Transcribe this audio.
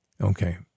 okay